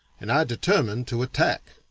and i determined to attack.